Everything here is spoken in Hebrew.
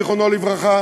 זיכרונו לברכה,